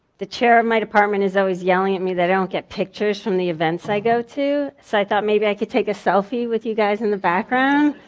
the chair of my department department is always yelling at me that i don't get pictures from the events i go to. so i thought maybe i could take a selfie with you guys in the background.